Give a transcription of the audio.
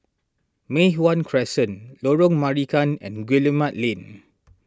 Mei Hwan Crescent Lorong Marican and Guillemard Lane